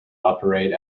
operate